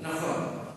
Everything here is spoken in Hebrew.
נכון.